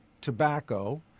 tobacco